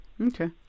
Okay